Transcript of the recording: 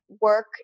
work